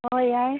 ꯍꯣꯏ ꯌꯥꯏ